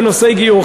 בנושאי גיור,